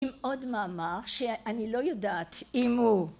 עם עוד מאמר שאני לא יודעת אם הוא...